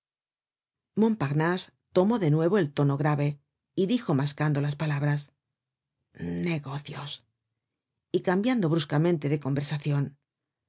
montparnase tomó de nuevo el tono grave y dijo mascando las palabras negocios y cambiando bruscamente de conversacion